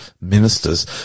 ministers